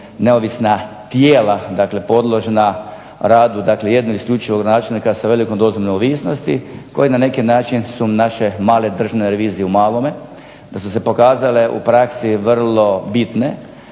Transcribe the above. neovisna tijela podložena rada dakle jednog isključivog načina kažem s velikom dozom neovisnosti koje na neki način su naše male tržne revizije u malome, da su se pokazale u praksi vrlo bitne,